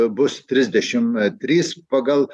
bus trisdešim trys pagal